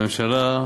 הממשלה,